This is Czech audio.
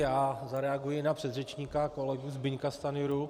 Já zareaguji na předřečníka kolegu Zbyňka Stanjuru.